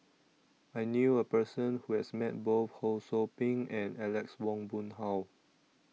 I knew A Person Who has Met Both Ho SOU Ping and Alex Ong Boon Hau